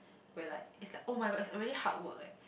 where like is like [oh]-my-god is a really hard work eh